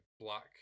black